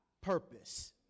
purpose